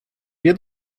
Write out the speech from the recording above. wie